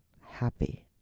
happy